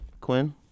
Quinn